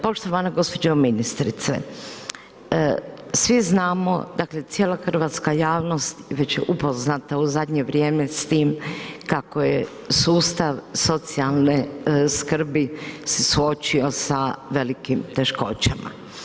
Poštovana gospođo ministrice, svi znamo, dakle cijela hrvatska javnost već je upoznata u zadnje vrijeme s tim kako je sustav socijalne skrbi se suočio sa velikim teškoćama.